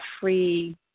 free